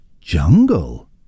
jungle